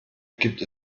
gibt